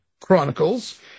Chronicles